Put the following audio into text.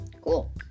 cool